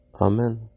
Amen